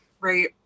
Right